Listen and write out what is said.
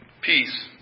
peace